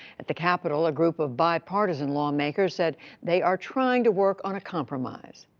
at the capitol, a group of bipartisan lawmakers said they are trying to work on a compromise.